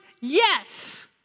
yes